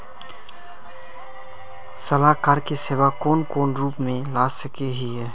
सलाहकार के सेवा कौन कौन रूप में ला सके हिये?